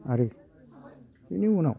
आरो बेनि उनाव